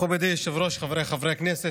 מכובדי היושב-ראש, חבריי חברי הכנסת,